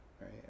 right